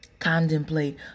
contemplate